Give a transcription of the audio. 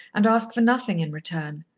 and ask for nothing in return.